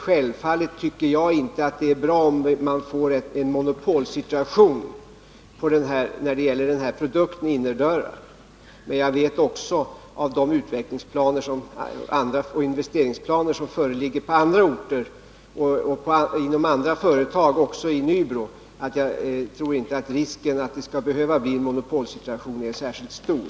Självfallet tycker jag inte att det är bra om man får en monopolsituation när det gäller denna produkt, innerdörrar. Men med tanke på de utvecklingsoch investeringsplaner som föreligger på andra orter och inom andra företag — också i Nybro — tror jag inte att risken att det skall behöva uppstå en monopolsituation är särskilt stor.